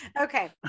Okay